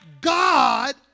God